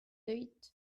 deuit